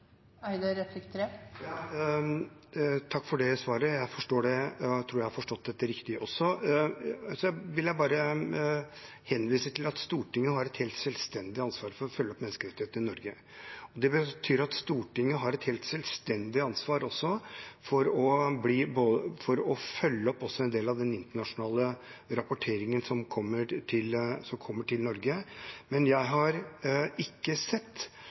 Takk for svaret. Da tror jeg at jeg har forstått dette riktig. Jeg vil bare henvise til at Stortinget har et helt selvstendig ansvar for å følge opp menneskerettighetene i Norge. Det betyr at Stortinget også har et helt selvstendig ansvar for å følge opp en del av den internasjonale rapporteringen som kommer til Norge. Men jeg har ikke sett at Stortinget blir fortløpende orientert eller har blitt samlet orientert om den rapporteringen som kommer på Norge fra FN eller Europarådet. Og jeg